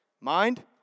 mind